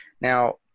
Now